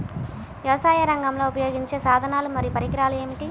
వ్యవసాయరంగంలో ఉపయోగించే సాధనాలు మరియు పరికరాలు ఏమిటీ?